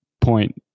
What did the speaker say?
point